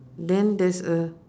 then there's a